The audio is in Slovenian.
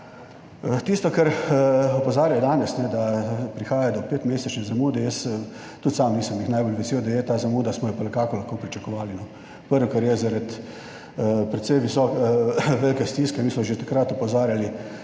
Tisto, kar opozarja danes, da prihaja do petmesečne zamude, jaz tudi sam nisem najbolj vesel, da je ta zamuda, smo jo pa nekako lahko pričakovali. Prvo, kar je, zaradi precej so velike stiske, mi smo že takrat opozarjali,